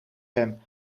hem